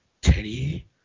Teddy